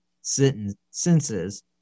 senses